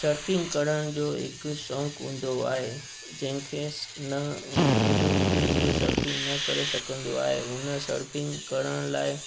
surfing करण जो हिकु शौंक़ु हूंदो आहे जंहिंखे न ईंदो हुजे उहे सर्फिंग न करे सघंदो आहे उन सर्फिंग करण लाइ